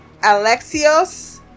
alexios